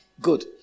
Good